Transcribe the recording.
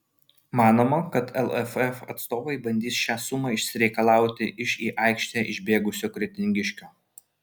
manoma kad lff atstovai bandys šią sumą išsireikalauti iš į aikštę išbėgusio kretingiškio